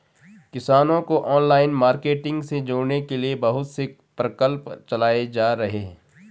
किसानों को online marketing से जोड़ने के लिए बहुत से प्रकल्प चलाए जा रहे हैं